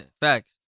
facts